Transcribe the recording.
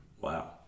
Wow